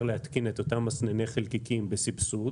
להתקין את אותם מסנני חלקיקים בסבסוד.